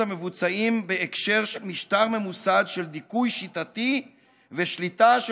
המבוצעים בהקשר של משטר ממוסד של דיכוי שיטתי ושליטה של